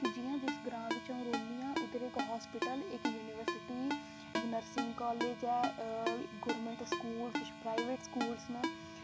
ते जियां जिस ग्रांऽ बिच अं'ऊ रौह्नी आं उत्थै इक्क हॉस्पिटल इक्क यूनिवर्सिटी ते नर्सिंग कॉलेज़ ऐ गौरमैंट स्कूल किश प्राईवेट स्कूल न